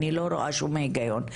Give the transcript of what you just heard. אני לא רואה שום היגיון.